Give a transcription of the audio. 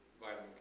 vitamin